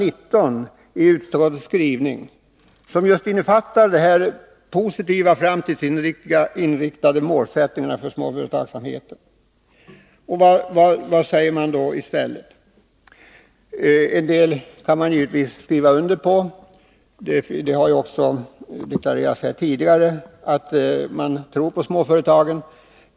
19i utskottets skrivning, som just innefattar de här positiva, framtidsinriktade målsättningarna för småföretagsamheten. Vad säger då socialdemokraterna i stället? En del kan man givetvis skriva under på — det har också deklarerats här tidigare att socialdemokraterna tror på småföretagen.